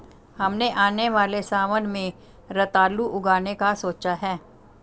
हमने आने वाले सावन में रतालू उगाने का सोचा है